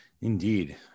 Indeed